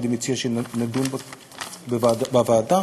ואני מציע שנדון בה בוועדה,